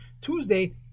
Tuesday